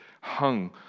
hung